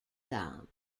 damme